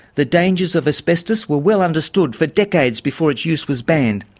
the dangers of asbestos were well understood for decades before its use was banned.